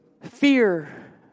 fear